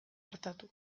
artatu